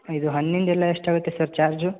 ಇದು ಹಣ್ಣಿನದು ಎಲ್ಲ ಎಷ್ಟು ಆಗುತ್ತೆ ಸರ್ ಚಾರ್ಜು